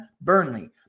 Burnley